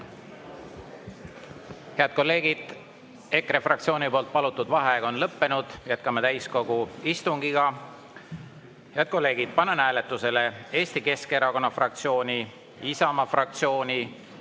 Head kolleegid! EKRE fraktsiooni palutud vaheaeg on lõppenud, jätkame täiskogu istungit. Head kolleegid, panen hääletusele Eesti Keskerakonna fraktsiooni, Isamaa fraktsiooni